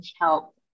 help